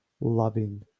loving